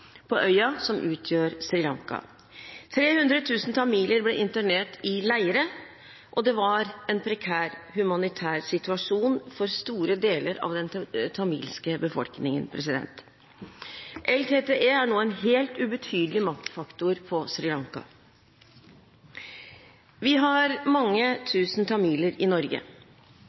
på øya som utgjør Sri Lanka. 300 000 tamiler ble internert i leire, og det var en prekær humanitær situasjon for store deler av den tamilske befolkningen. LTTE er nå en helt ubetydelig maktfaktor på Sri Lanka. Vi har mange tusen tamiler i Norge.